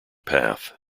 path